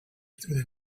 through